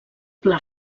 pla